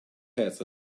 heads